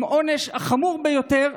עם העונש החמור ביותר,